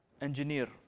engineer